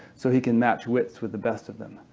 so he can match wits with the best of them.